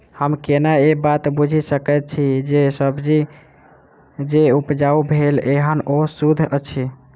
हम केना ए बात बुझी सकैत छी जे सब्जी जे उपजाउ भेल एहन ओ सुद्ध अछि?